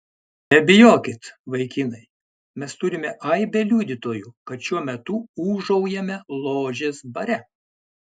nebijokit vaikinai mes turime aibę liudytojų kad šiuo metu ūžaujame ložės bare